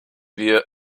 wir